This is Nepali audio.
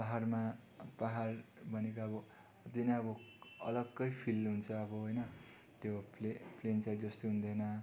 पाहाडमा पाहाड भनेको अब अति नै अब अलग्गै फिल हुन्छ अब होइन त्यो प्ले प्लेन साइड जस्तो हुँदैन